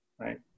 Right